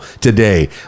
today